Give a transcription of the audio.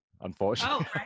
unfortunately